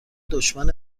دشمن